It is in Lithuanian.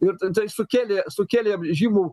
ir ta tai sukėlė sukėlė žymų